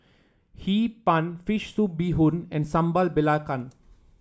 Hee Pan fish soup Bee Hoon and Sambal Belacan